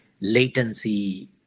latency